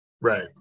Right